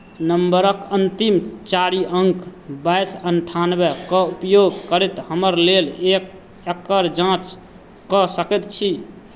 नंबरक अन्तिम चारि अंक बाइस अन्ठानवेके उपयोग करैत हमर लेल एक एकर जाँच कऽ सकैत छी